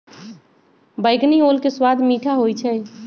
बइगनी ओल के सवाद मीठ होइ छइ